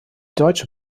deutsche